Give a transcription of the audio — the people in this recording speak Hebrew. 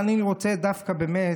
אבל אני רוצה לומר,